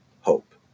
hope